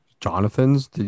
Jonathan's